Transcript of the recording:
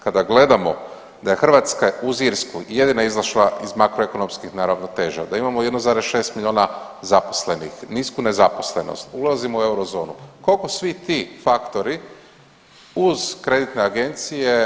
Kada gledamo da je Hrvatska uz Irsku jedina izašla iz makroekonomskih neravnoteža, da imamo 1,6 miliona zaposlenih, nisku nezaposlenost, ulazimo u eurozonu, koliko svi ti faktori uz kreditne agencije